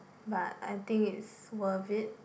but I think it's worth it